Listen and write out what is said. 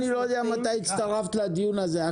אני לא יודע מתי הצטרפת לדיון הזה,